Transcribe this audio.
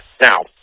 Now